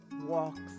walks